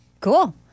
cool